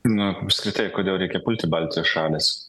nu apskritai kodėl reikia pulti baltijos šalys